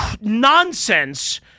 nonsense